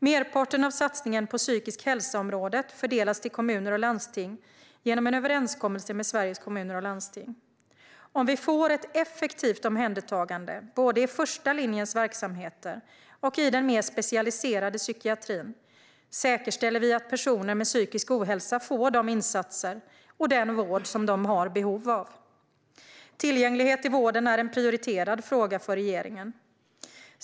Merparten av satsningen på området psykisk hälsa fördelas till kommuner och landsting genom en överenskommelse med Sveriges Kommuner och Landsting. Om vi får ett effektivt omhändertagande, både i första linjens verksamheter och i den mer specialiserade psykiatrin, säkerställer vi att personer med psykisk ohälsa får de insatser och den vård de har behov av. Tillgänglighet i vården är en prioriterad fråga för regeringen.